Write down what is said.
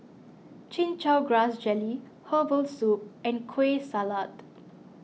Chin Chow Grass Jelly Herbal Soup and Kueh Salat